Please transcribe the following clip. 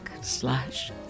slash